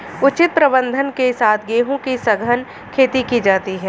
उचित प्रबंधन के साथ गेहूं की सघन खेती की जाती है